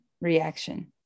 reaction